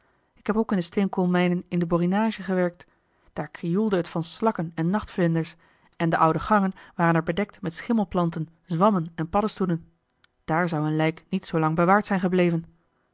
ik heb ook in de steenkoolmijnen in de borinage gewerkt daar krioelde het van slakken en nachtvlinders en de oude gangen waren er bedekt met schimmelplanten zwammen en paddestoelen daar zou een lijk niet zoo lang bewaard zijn gebleven